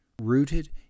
rooted